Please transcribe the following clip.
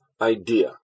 idea